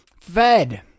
fed